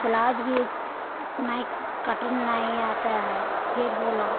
blouse भी नई cutting नहीं आता है फिर बोला